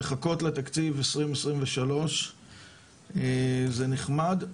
לחכות לתקציב 2023 זה נחמד,